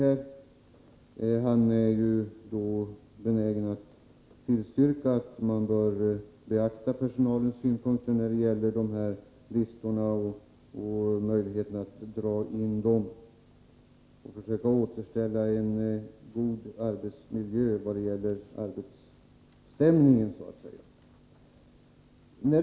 Kommunikationsministern är benägen att tillstyrka att man bör beakta personalens synpunkter när det gäller turordningslistorna och möjligheten att dra in dem, så att man försöker återställa en god arbetsmiljö vad gäller arbetsställningen, så att säga.